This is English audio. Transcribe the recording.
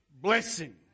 blessing